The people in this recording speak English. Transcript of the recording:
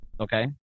Okay